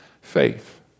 faith